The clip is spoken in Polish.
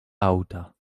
auta